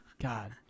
God